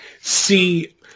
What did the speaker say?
See